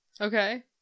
Okay